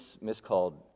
miscalled